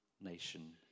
nation